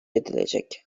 edilecek